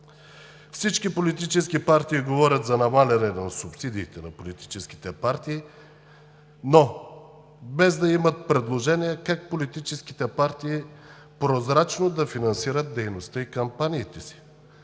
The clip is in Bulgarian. Всички политически партии говорят за намаляване на субсидиите на политическите партии, без да имат предложения как прозрачно да финансират дейността и кампаниите си,